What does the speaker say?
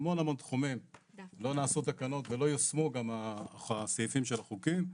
בהמון המון תחומים לא נעשו תקנות ולא יושמו גם הסעיפים של החוקים.